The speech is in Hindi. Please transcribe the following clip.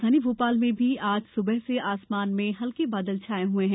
राजधानी भोपाल में भी आज सुबह से आसमान में हल्के बादल छाए हए है